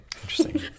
Interesting